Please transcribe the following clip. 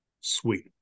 Sweet